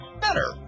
better